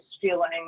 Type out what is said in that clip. feeling